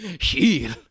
heal